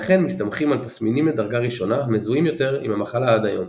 כן מסתמכים על תסמינים מדרגה ראשונה המזוהים יותר עם המחלה עד היום.